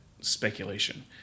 speculation